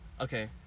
Okay